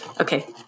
Okay